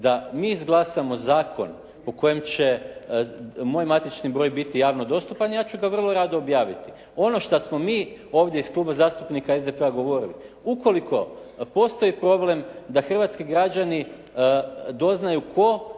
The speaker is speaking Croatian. da mi izglasamo zakon po kojem će moj matični broj biti javno dostupan ja ću ga vrlo rado objaviti. Ono što smo mi ovdje iz Kluba zastupnika SDP-a govorili ukoliko postoji problem da hrvatski građani doznaju tko